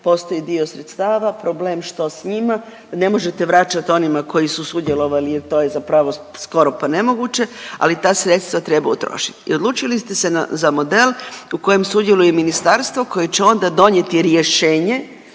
postoji dio sredstava, problem što s njima, ne možete vraćat onima koji su sudjelovali jel to je zapravo skoro pa nemoguće, ali ta sredstva treba utrošiti i odlučili ste se za model u kojem sudjeluje i ministarstvo koje će onda donijeti rješenje